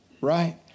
Right